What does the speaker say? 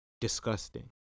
disgusting